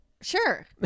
Sure